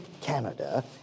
Canada